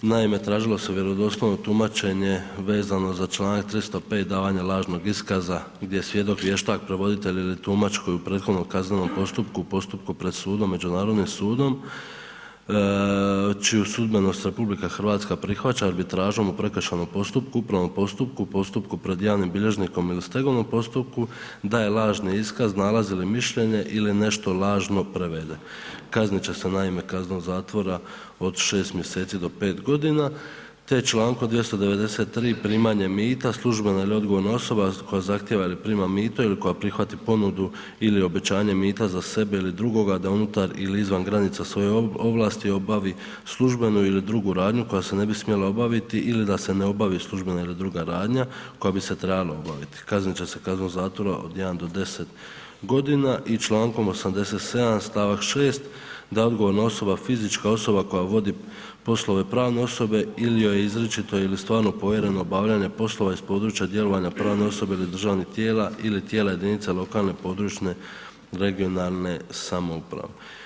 Naime, tražilo se vjerodostojno tumačenje vezano za članak 305. davanja lažnog iskaza gdje je svjedok, vještak, prevoditelj ili tumač koji u prethodnom kaznenom postupku, postupku i pred sudom, međunarodnim sudom čiju sudbenost RH prihvaća arbitražom u prekršajnom postupku, upravnom postupku, postupku pred javnim bilježnikom ili stegovnom postupku, daje lažni iskaz, nalaz ili mišljenje ili nešto lažno prevede, kaznit će se naime kaznom zatvora od 6 mj. do 5 g. te člankom 293. primanje mita, službena ili odgovorna osoba koja zahtijeva ili prima mito ili koja prihvati ponudu ili obećanje mita za sebe i drugog da unutar ili izvan granice svoje obavi službenu ili drugu radnju koja se ne bi smjela obaviti ili da se ne obavi službenu ili drugu radnju koja se ne bi smjela obaviti ili da se ne obavi službena ili druga radnja koja bi se trebala obaviti, kaznit će se kaznom zatvora od 1 do 10 g. i člankom 87. stavak 6. da odgovorna osoba, fizička osoba koja vodi poslove pravne osobe ili joj izričito ili stvarno povjereno obavljanje poslova iz područja djelovanja pravne osobe ili državnih tijela ili tijela jedinica lokalne i područne (regionalne) samouprave.